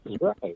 Right